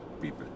people